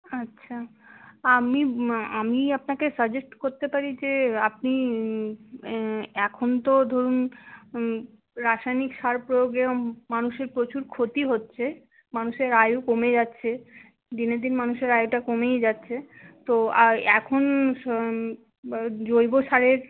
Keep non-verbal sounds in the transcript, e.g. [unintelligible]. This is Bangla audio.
আচ্ছা আমি আমি আপনাকে সাজেস্ট করতে পারি যে আপনি এখন তো ধরুন রাসায়নিক সার প্রয়োগেও মানুষের প্রচুর ক্ষতি হচ্ছে মানুষের আয়ু কমে যাচ্ছে দিনের দিন মানুষের আয়ুটা কমেই যাচ্ছে তো [unintelligible] এখন জৈব সারের